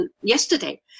yesterday